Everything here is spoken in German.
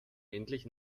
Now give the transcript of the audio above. endlich